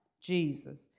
Jesus